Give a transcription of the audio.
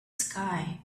sky